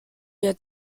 your